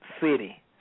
city